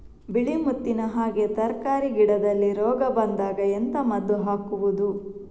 ಬಿಳಿ ಮುತ್ತಿನ ಹಾಗೆ ತರ್ಕಾರಿ ಗಿಡದಲ್ಲಿ ರೋಗ ಬಂದಾಗ ಎಂತ ಮದ್ದು ಹಾಕುವುದು?